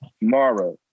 Mara